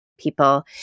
People